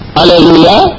Hallelujah